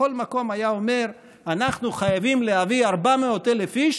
בכל מקום היה אומר: אנחנו חייבים להביא 400,000 איש,